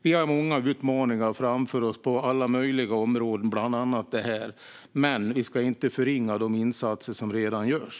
Vi har många utmaningar framför oss på alla möjliga områden, bland annat detta. Men vi ska inte förringa de insatser som redan görs.